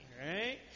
right